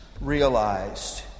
realized